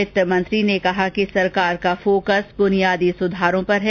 वित्त मंत्री ने कहा कि सरकार का फोकस बुनियादी सुधारों पर है